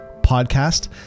podcast